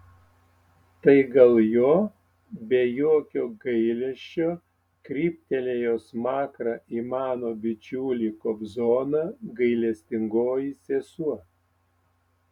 tai gal jo be jokio gailesčio kryptelėjo smakrą į mano bičiulį kobzoną gailestingoji sesuo